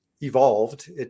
evolved